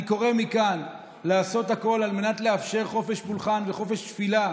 אני קורא מכאן לעשות הכול על מנת לאפשר חופש פולחן וחופש תפילה